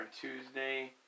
Tuesday